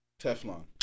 Teflon